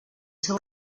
seu